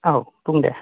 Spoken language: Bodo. औ बुंदे